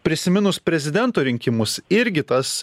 prisiminus prezidento rinkimus irgi tas